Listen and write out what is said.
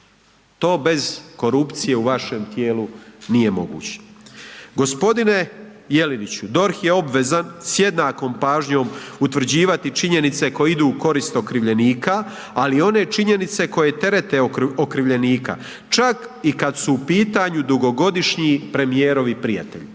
To bez korupcije u vašem tijelu nije moguće. Gospodine Jeleniću DORH je obvezan s jednakom pažnjom utvrđivati činjenice koje idu u korist okrivljenika, ali i one činjenice koje terete okrivljenika, čak i kada su u pitanju dugogodišnji premijerovi prijatelji,